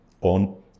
on